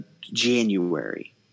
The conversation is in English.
January